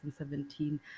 2017